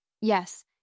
Yes